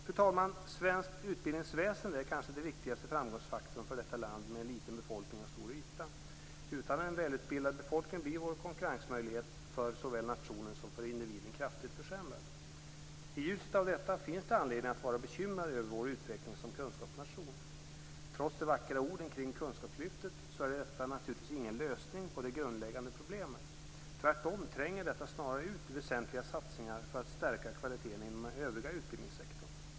Fru talman! Svenskt utbildningsväsende är kanske den viktigaste framgångsfaktorn för detta land med en liten befolkning och stor yta. Utan en välutbildad befolkning blir vår konkurrensmöjlighet för såväl nationen som individen kraftigt försämrad. I ljuset av detta finns det anledning att vara bekymrad över vår utveckling som kunskapsnation. Trots de vackra orden kring kunskapslyftet är detta naturligtvis ingen lösning på de grundläggande problemen. Tvärtom tränger det snarare ut väsentliga satsningar för att stärka kvaliteten inom den övriga utbildningssektorn.